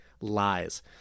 lies